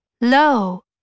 low